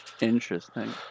Interesting